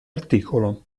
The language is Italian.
articolo